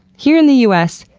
here in the us,